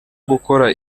gukora